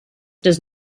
does